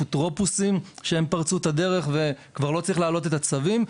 אפוטרופוסים שהם פרצו את הדרך וכבר לא צריך להעלות את הצווים.